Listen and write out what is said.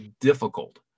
difficult